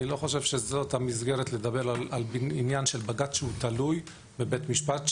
אני לא חושב שזאת המסגרת לדבר על עניין של בג"ץ שתלוי בבית משפט.